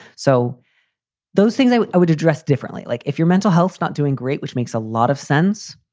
so those things i i would address differently, like if your mental health. not doing great. which makes a lot of sense.